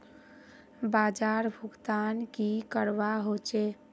बाजार भुगतान की करवा होचे?